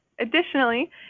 Additionally